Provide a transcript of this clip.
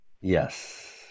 Yes